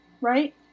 Right